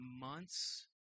months